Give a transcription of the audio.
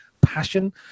passion